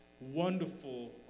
wonderful